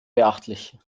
beachtlich